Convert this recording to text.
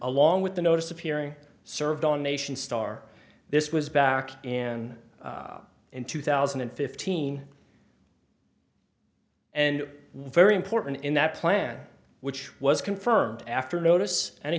along with the notice of hearing served on nation star this was back in in two thousand and fifteen and very important in that plan which was confirmed after notice an